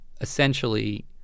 essentially